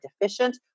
deficient